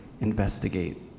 investigate